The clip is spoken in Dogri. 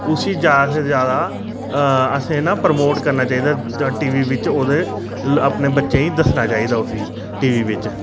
उसी जादा शा जादा असें ना प्रमोट करना चाहिदा जां टीवी बिच्च ओह्दे अपने बच्चें गी दस्सना चाहिदा उसी टीवी बिच्च